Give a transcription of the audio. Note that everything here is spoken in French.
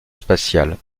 spatiale